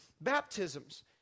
baptisms